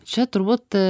čia turbūt